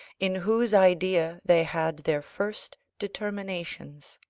in whose idea they had their first determinations.